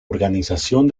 organización